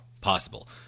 possible